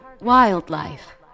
wildlife